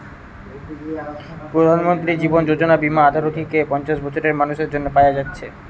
প্রধানমন্ত্রী জীবন যোজনা বীমা আঠারো থিকে পঞ্চাশ বছরের মানুসের জন্যে পায়া যাচ্ছে